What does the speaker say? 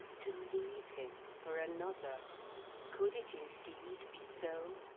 to leave him for another could it indeed be so?